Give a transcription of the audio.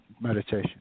meditation